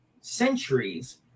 centuries